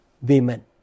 women